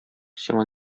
сиңа